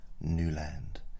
Newland